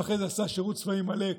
ואחרי זה עשה שירות צבאי מלא,